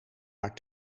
haar